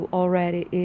already